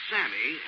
Sammy